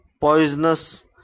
Poisonous